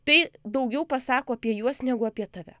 tai daugiau pasako apie juos negu apie tave